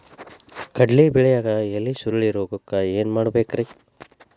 ಕಡ್ಲಿ ಬೆಳಿಯಾಗ ಎಲಿ ಸುರುಳಿರೋಗಕ್ಕ ಏನ್ ಮಾಡಬೇಕ್ರಿ?